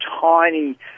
tiny